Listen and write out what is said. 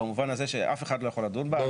במובן הזה שאף אחד לא יכול לדון בה,